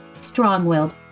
strong-willed